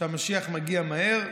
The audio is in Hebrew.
שהמשיח מגיע מהר,